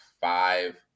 five